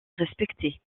respecté